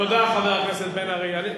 תודה, חבר הכנסת בן-ארי.